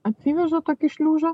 atsiveža tokį šliužą